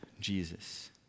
Jesus